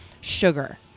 sugar